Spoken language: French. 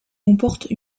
comporte